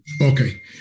Okay